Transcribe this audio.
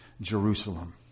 Jerusalem